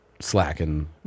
slacking